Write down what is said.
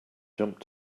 jump